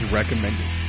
recommended